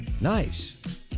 Nice